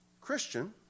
Christian